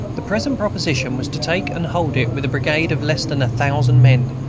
the present proposition was to take and hold it with a brigade of less than a thousand men,